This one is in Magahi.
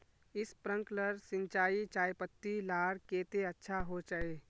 स्प्रिंकलर सिंचाई चयपत्ति लार केते अच्छा होचए?